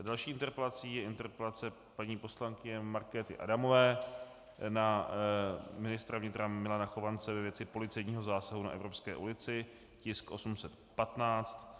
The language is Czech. Další interpelací je interpelace paní poslankyně Markéty Adamové na ministra vnitra Milana Chovance ve věci policejního zásahu na Evropské ulici, tisk 815.